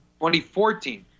2014